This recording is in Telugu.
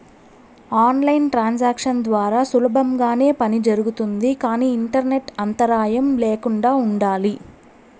ఆన్ లైన్ ట్రాన్సాక్షన్స్ ద్వారా సులభంగానే పని జరుగుతుంది కానీ ఇంటర్నెట్ అంతరాయం ల్యాకుండా ఉండాలి